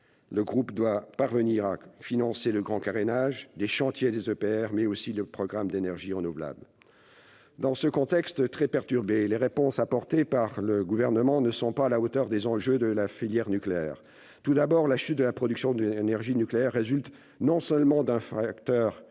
le groupe doit parvenir à financer le « grand carénage », les chantiers des EPR, mais aussi ses programmes d'énergies renouvelables. Dans ce contexte très perturbé, les réponses apportées par le Gouvernement ne sont pas à la hauteur des enjeux de la filière nucléaire. Tout d'abord, la chute de la production d'énergie nucléaire résulte non seulement d'un facteur